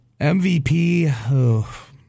MVP